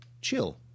chill